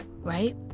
right